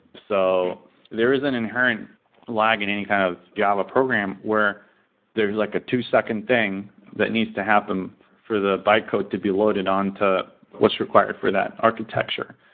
so there is an inherent lag in any kind of java program where there's like a two-second thing that needs to happen for the bytecode to be loaded on to what's required for that architecture.